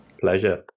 Pleasure